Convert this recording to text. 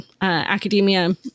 academia